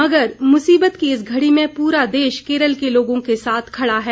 मगर मुसीबत की इस घड़ी में पूरा देश केरल के लोगों के साथ खड़ा है